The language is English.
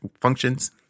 functions